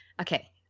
Okay